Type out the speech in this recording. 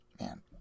Man